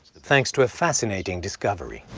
thanks to a fascinating discovery.